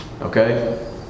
Okay